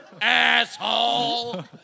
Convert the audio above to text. Asshole